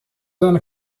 seine